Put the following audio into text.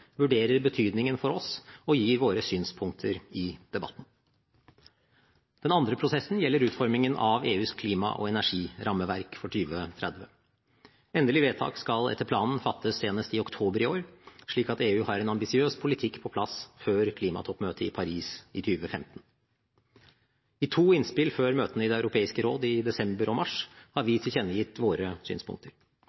vurderer betydningen for oss og gir våre synspunkter i debatten. Den andre prosessen gjelder utformingen av EUs klima- og energirammeverk for 2030. Endelig vedtak skal etter planen fattes senest i oktober i år, slik at EU har en ambisiøs politikk på plass før klimatoppmøtet i Paris i 2015. I to innspill før møtene i Det europeiske råd i desember og mars har vi